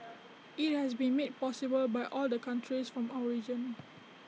IT has been made possible by all the countries from our region